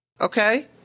Okay